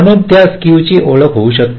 म्हणून त्या स्केव ची ओळख होऊ शकते